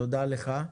תודה לך.